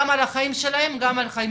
גם על החיים שלהם וגם על החיים